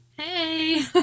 Hey